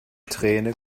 träne